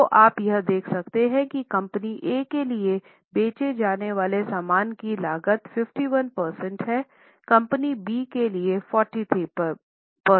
तो आप यह देख सकते हैं कि कंपनी ए के लिए बेचे जाने वाले सामान की लागत है 51 है कंपनी बी के लिए 43 प्रतिशत है